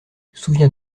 souviens